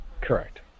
Correct